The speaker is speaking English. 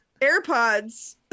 AirPods